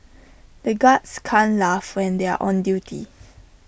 the guards can't laugh when they are on duty